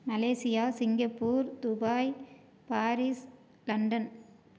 Malaysia Singapore Dubai Paris London